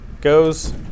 goes